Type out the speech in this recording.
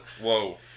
Whoa